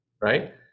right